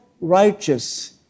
righteous